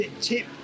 tip